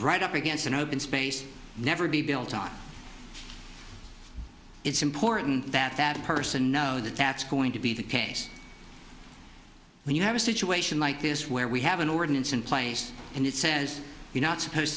right up against an open space never be built on it's important that that person know that that's going to be the case when you have a situation like this where we have an ordinance in place and it says you're not supposed